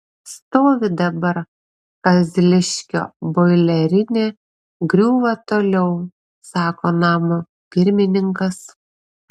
stovi dabar kazliškio boilerinė griūva toliau sakė namo pirmininkas